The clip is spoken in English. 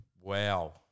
Wow